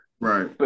Right